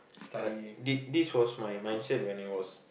but th~ this was my mindset when I was